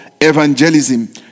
evangelism